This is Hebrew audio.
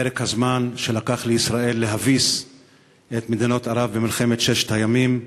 פרק הזמן שלקח לישראל להביס את מדינות ערב במלחמת ששת הימים.